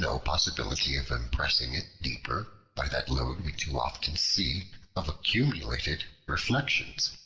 no possibility of impressing it deeper, by that load we too often see of accumulated reflections.